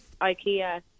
Ikea